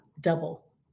double